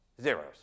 Zeros